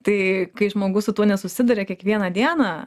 tai kai žmogus su tuo nesusiduria kiekvieną dieną